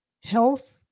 health